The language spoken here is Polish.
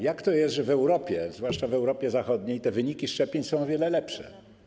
Jak to jest, że w Europie, zwłaszcza w Europie Zachodniej, te wyniki szczepień są o wiele lepsze?